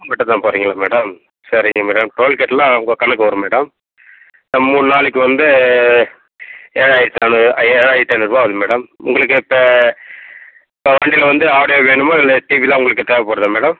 இது மட்டும் தான் போகிறீங்களா மேடம் சரிங்க மேடம் டோல்கேட்டுலாம் உங்கள் கணக்கு வரும் மேடம் மூணு நாளைக்கு வந்து ஏழாயிரத்தி ஏழாயிரத்தி ஐந்நூறுபா ஆகுது மேடம் உங்களுக்கு இப்போ இப்போ வண்டியில் வந்து ஆடியோ வேணுமா இல்லை டிவிலாம் உங்களுக்கு தேவைப்படுதா மேடம்